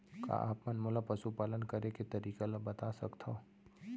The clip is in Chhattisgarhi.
का आप मन मोला पशुपालन करे के तरीका ल बता सकथव?